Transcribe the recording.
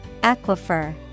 Aquifer